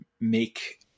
make